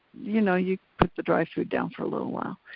you know, you put the dry food down for a little while.